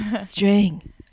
String